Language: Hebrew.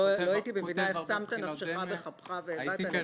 לא הייתי מבינה איך שמת את נפשך בכפך ובאת לפה.